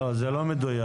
לא, זה לא מדויק.